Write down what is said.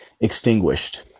extinguished